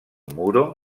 muro